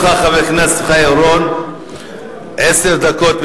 עומדות לרשותך, חבר הכנסת חיים אורון, עשר דקות.